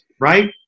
right